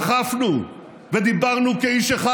אכפנו ודיברנו כאיש אחד.